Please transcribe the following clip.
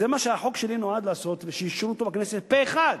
זה מה שהחוק שלי נועד לעשות ושאישרו אותו בכנסת פה-אחד.